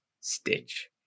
Stitch